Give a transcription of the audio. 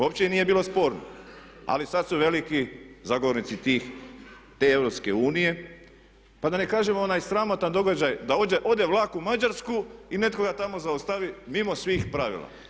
Uopće im nije bilo sporno, ali sad su veliki zagovornici te EU, pa da ne kažemo onaj sramotan događaj da ode vlak u Mađarsku i netko ga tamo zaustavi mimo svih pravila.